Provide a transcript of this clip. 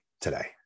today